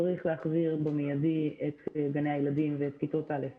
צריך להחזיר במיידי את גני הילדים ואת כיתות א',